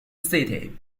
city